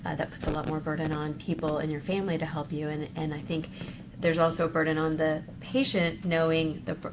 that puts a lot more burden on people in your family to help you. and and i think there's also a burden on the patient knowing the,